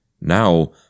now